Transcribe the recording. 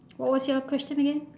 what was your question again